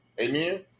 Amen